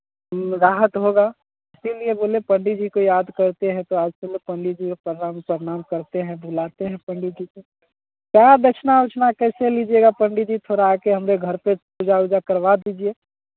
राहत होगा इसीलिए बोले पंडित जी को याद करते हैं तो हर समय पंडित जी को प्रणाम स्रणाम करते हैं बुलाते हैं पंडित जी को क्या दक्षिणा ओक्षिणा कैसे लीजिएगा पंडित जी थोड़ा आके हमारे घर पे पूजा ऊजा करवा दीजिये